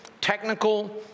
technical